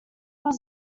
was